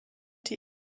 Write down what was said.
die